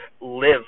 live